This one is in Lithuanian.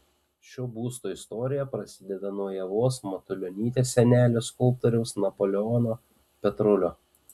šio būsto istorija prasideda nuo ievos matulionytės senelio skulptoriaus napoleono petrulio